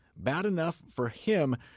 bad enough for him,